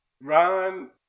Ron